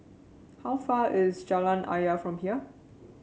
how far away is Jalan Ayer from here